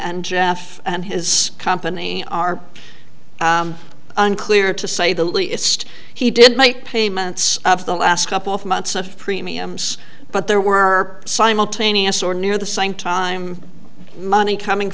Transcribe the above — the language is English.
and jeff and his company are unclear to say the least he did make payments of the last couple of months of premiums but there were simultaneous or near the same time money coming